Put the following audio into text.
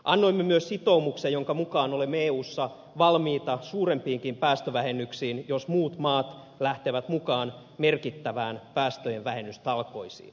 annoimme myös sitoumuksen jonka mukaan olemme eussa valmiita suurempiinkin päästövähennyksiin jos muut maat lähtevät mukaan merkittäviin päästöjen vähennystalkoisiin